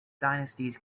dynasties